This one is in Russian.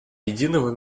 единого